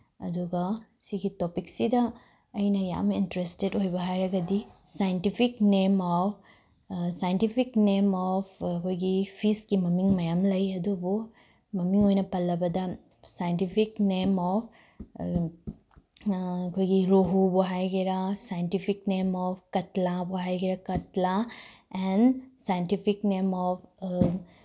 ꯑꯗꯨꯒ ꯁꯤꯒꯤ ꯇꯣꯄꯤꯛꯁꯤꯗ ꯑꯩꯅ ꯌꯥꯝ ꯏꯟꯇꯔꯦꯁꯇꯦꯠ ꯑꯣꯏꯕ ꯍꯥꯏꯔꯒꯗꯤ scientific name of scientific name of ꯑꯩꯈꯣꯏꯒꯤ ꯐꯤꯁꯀꯤ ꯃꯃꯤꯡ ꯃꯌꯥꯝ ꯂꯩ ꯑꯗꯨꯕꯨ ꯃꯃꯤꯡ ꯑꯣꯏꯅ ꯄꯜꯂꯕꯗ ꯁꯥꯏꯟꯇꯤꯐꯤꯛ ꯅꯦꯝ ꯑꯣꯐ ꯑꯩꯈꯣꯏꯒꯤ ꯔꯣꯍꯨꯕꯨ ꯍꯥꯏꯒꯦꯔ ꯁꯥꯏꯟꯇꯤꯐꯤꯛ ꯅꯦꯝ ꯑꯣꯐ ꯀꯇ꯭ꯂꯥꯕꯨ ꯍꯥꯏꯒꯦꯔ ꯀꯇ꯭ꯂꯥ ꯑꯦꯟ ꯁꯥꯏꯟꯇꯤꯐꯤꯛ ꯅꯦꯝ ꯑꯣꯐ